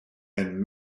and